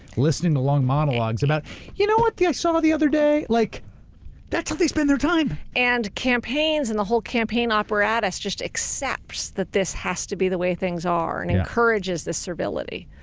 listening to long monologues about you know what i saw the other day, like that's how they spend their time. and campaigns and the whole campaign apparatus just accepts that this has to be the way things are and encourages this servility.